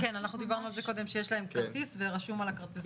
דיברנו על זה קודם שיש להם כרטיס ורשום על הכרטיס.